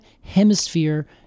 hemisphere